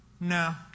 No